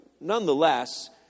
nonetheless